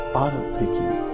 auto-picking